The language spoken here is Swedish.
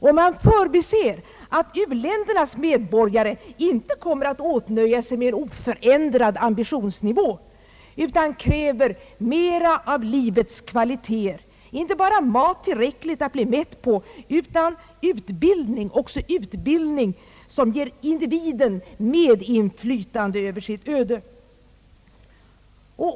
Och man förbiser att u-ländernas medborgare inte kommer att åtnöja sig med en oförändrad ambitionsnivå utan kräver mera av livets kvaliteter, inte bara mat tillräckligt att bli mätt på utan också utbildning som ger individen medinflytande över sitt öde.